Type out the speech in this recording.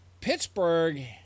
Pittsburgh